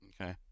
Okay